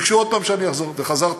וחזרתי.